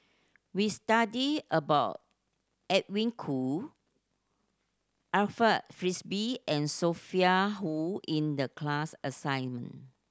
we studied about Edwin Koo Alfred Frisby and Sophia Hull in the class assignment